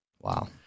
Wow